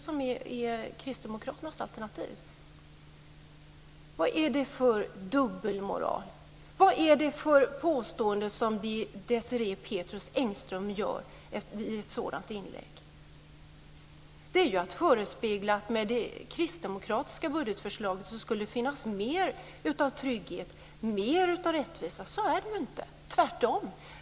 Det är Kristdemokraternas alternativ. Vad är det för dubbelmoral? Vad är det för påstående som Desirée Pethrus Engström gör i ett sådant inlägg? Det är att förespegla att med det kristdemokratiska budgetförslaget skulle det finnas mer av trygghet och rättvisa. Så är det inte, tvärtom.